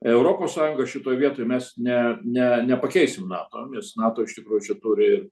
europos sąjunga šitoj vietoj mes ne ne nepakeisim nato nes nato iš tikrųjų čia turi